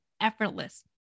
effortless